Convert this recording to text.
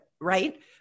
right